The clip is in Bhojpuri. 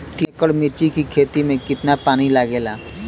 तीन एकड़ मिर्च की खेती में कितना पानी लागेला?